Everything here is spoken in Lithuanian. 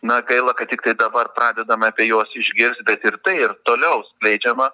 na gaila kad tiktai dabar pradedame apie juos išgirst bet ir tai ir toliau skleidžiama